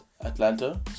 Atlanta